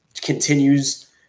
continues